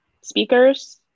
speakers